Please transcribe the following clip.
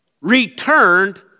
returned